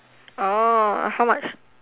oh how much